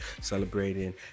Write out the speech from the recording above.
celebrating